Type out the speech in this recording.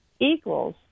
equals